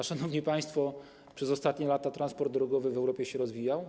A, szanowni państwo, dlaczego przez ostatnie lata transport drogowy w Europie się rozwijał?